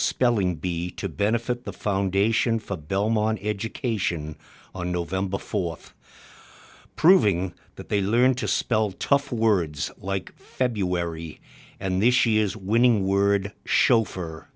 spelling bee to benefit the foundation for belmont education on november fourth proving that they learn to spell tough words like february and this she is winning word